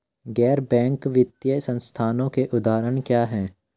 गैर बैंक वित्तीय संस्थानों के उदाहरण क्या हैं?